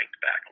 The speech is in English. back